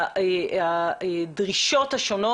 אני עם תואר שני בחינוך,